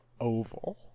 oval